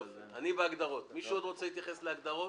מישהו רוצה להתייחס להגדרות?